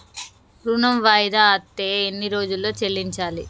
ఋణం వాయిదా అత్తే ఎన్ని రోజుల్లో చెల్లించాలి?